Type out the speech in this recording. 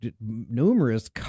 numerous